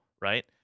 Right